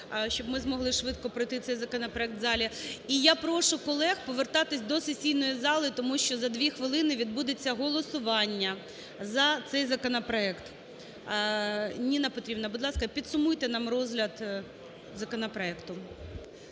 щоб ми змогли швидко пройти цей законопроект в залі. І я прошу колег повертатися до сесійної зали, тому що за дві хвилини відбудеться голосування за цей законопроект. Ніна Петрівна, будь ласка, підсумуйте нам розгляд законопроекту.